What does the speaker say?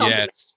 Yes